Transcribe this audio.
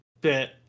bit